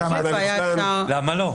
למה לא?